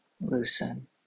loosen